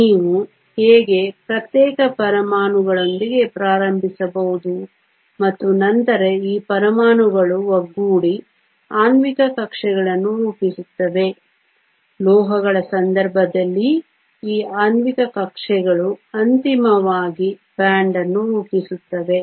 ನೀವು ಹೇಗೆ ಪ್ರತ್ಯೇಕ ಪರಮಾಣುಗಳೊಂದಿಗೆ ಪ್ರಾರಂಭಿಸಬಹುದು ಮತ್ತು ನಂತರ ಈ ಪರಮಾಣುಗಳು ಒಗ್ಗೂಡಿ ಆಣ್ವಿಕ ಕಕ್ಷೆಗಳನ್ನು ರೂಪಿಸುತ್ತವೆ ಲೋಹಗಳ ಸಂದರ್ಭದಲ್ಲಿ ಈ ಆಣ್ವಿಕ ಕಕ್ಷೆಗಳು ಅಂತಿಮವಾಗಿ ಬ್ಯಾಂಡ್ ಅನ್ನು ರೂಪಿಸುತ್ತವೆ